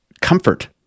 comfort